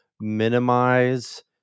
minimize